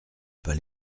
pas